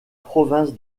province